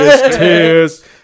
tears